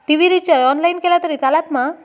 TV recharge online केला तरी चलात मा?